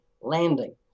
landing